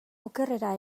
okerrera